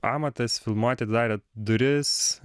amatas filmuot atidarė duris